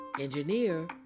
engineer